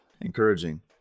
encouraging